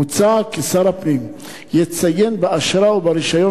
מוצע כי שר הפנים יציין באשרה וברשיון